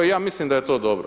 I ja mislim da je to dobro.